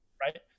Right